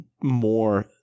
more